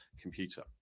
computer